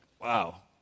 Wow